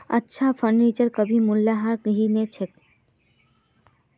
अच्छा फर्नीचरेर कभी मूल्यह्रास नी हो छेक